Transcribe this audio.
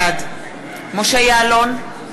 בעד משה יעלון,